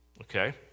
okay